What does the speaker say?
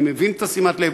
אני מבין את שימת הלב.